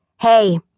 Hey